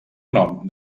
nom